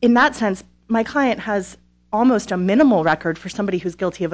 in that sense my client has almost a minimal record for somebody who's guilty